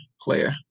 player